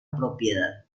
propiedad